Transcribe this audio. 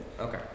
Okay